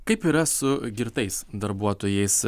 kaip yra su girtais darbuotojais